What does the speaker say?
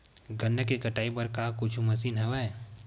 गन्ना के कटाई बर का कुछु मशीन हवय?